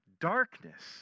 darkness